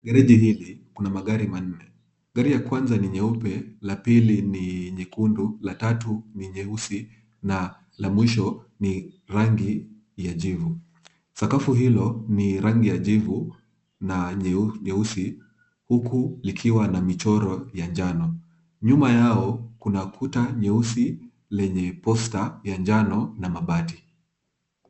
Gereji hili kuna magari manne. Gari ya kwanza ni nyeupe, la pili ni nyekundu, la tatu ni nyeusi na la mwisho ni rangi ya jivu. Sakafu, hilo ni rangi ya jivu, na nyeusi huku likiwa na michoro ya njano. Nyuma yao kuna kuta nyeusi lenye poster ya njano na mabati.